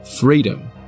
freedom